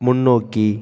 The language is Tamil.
முன்னோக்கி